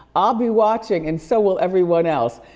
i'll be watching and so will everyone else.